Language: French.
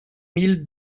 mille